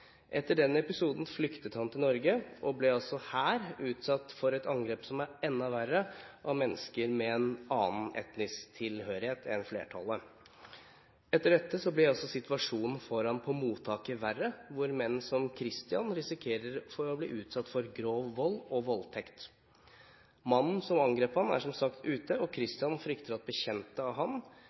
Etter den episoden flyktet han til Norge og ble her utsatt for et angrep som var enda verre, av mennesker av en annen etnisk tilhørighet enn flertallet. Etter dette ble situasjonen for ham verre på mottaket, hvor menn som Kristian risikerer å bli utsatt for grov vold og voldtekt. Mannen som angrep ham, er, som sagt, ute, og Kristian frykter at bekjente av ham,